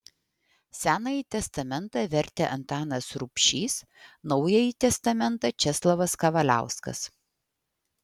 senąjį testamentą vertė antanas rubšys naująjį testamentą česlovas kavaliauskas